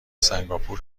سنگاپور